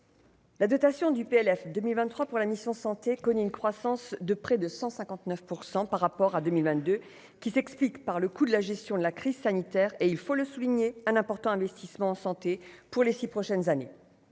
La dotation du PLF 2023 pour la mission Santé connaît une croissance de près de 100 59 % par rapport à 2022 qui s'explique par le coût de la gestion de la crise sanitaire et il faut le souligner un important investissement santé pour les 6 prochaines années,